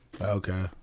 Okay